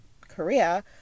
Korea